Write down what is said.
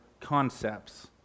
concepts